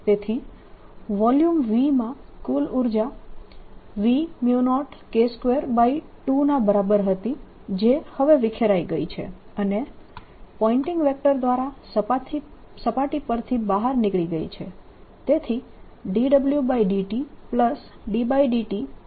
તેથી volume V માં કુલ ઉર્જા V0K22 ના બરાબર હતી જે હવે વિખેરાઈ ગઈ છે અને પોઈન્ટીંગ વેક્ટર દ્વારા સપાટી પરથી બહાર નીકળી ગઈ છે